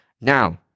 Now